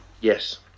Yes